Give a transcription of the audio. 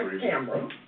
camera